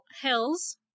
Hills